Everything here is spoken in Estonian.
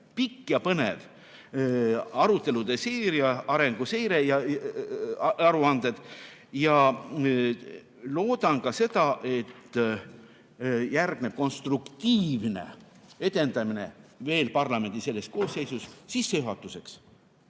pikk ja põnev arutelude seeria "Arenguseire ja aruanded". Ja ma loodan ka seda, et järgneb konstruktiivne edendamine veel parlamendi selles koosseisus. Sissejuhatuseks